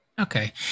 okay